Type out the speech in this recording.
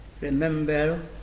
remember